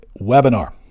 Webinar